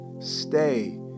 stay